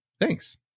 thanks